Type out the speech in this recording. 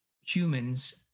humans